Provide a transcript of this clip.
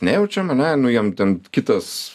nejaučiam ane nu jiem ten kitas